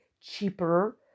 cheaper